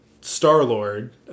Star-Lord